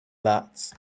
that